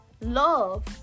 love